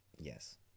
Yes